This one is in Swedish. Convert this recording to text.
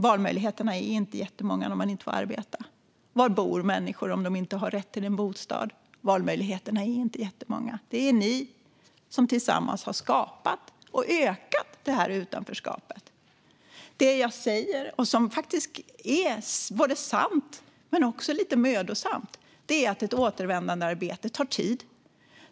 Valmöjligheterna är inte jättemånga när man inte får arbeta. Var bor människor om de inte har rätt till en bostad? Valmöjligheterna är inte jättemånga. Det är ni som tillsammans har skapat och ökat det här utanförskapet. Det jag säger, och som faktiskt är sant och också lite mödosamt, är att ett återvändandearbete tar tid.